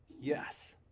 Yes